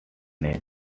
name